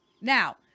Now